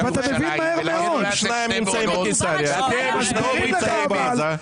--- אבל אם שניים נמצאים בקיסריה ושניים נמצאים ברחוב עזה?